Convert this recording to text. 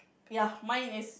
ya mine is